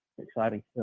Exciting